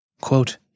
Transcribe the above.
Quote